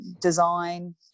design